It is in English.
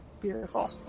Beautiful